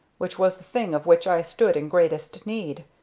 which was the thing of which i stood in greatest need,